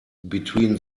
between